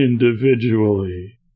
individually